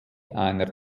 einer